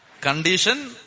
condition